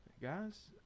Guys